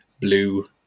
blue